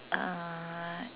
uh